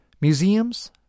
Museums